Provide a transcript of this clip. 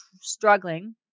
struggling